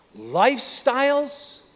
Lifestyles